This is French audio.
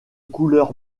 couleur